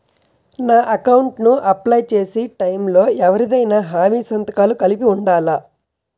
నా అకౌంట్ ను అప్లై చేసి టైం లో ఎవరిదైనా హామీ సంతకాలు కలిపి ఉండలా?